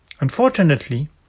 Unfortunately